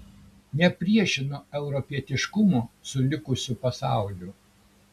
nepriešinu europietiškumo su likusiu pasauliu